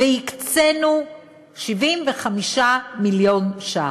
והקצינו לכך 75 מיליון ש"ח.